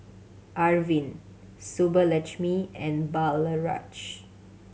Arvind Subbulakshmi and